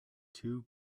two